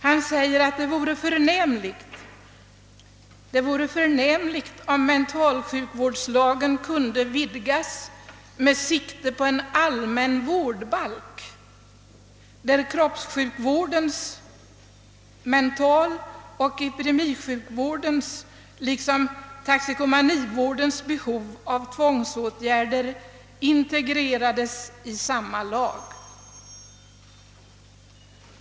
Han skriver att det vore förnämligt om »mentalsjukvårdslagen kunde vidgas med sikte på en allmän vårdbalk, där kroppssjukvårdens, mentaloch epidemisjukvårdens liksom toxikomanivårdens behov av tvångsåtgärder integrerades i samma lag».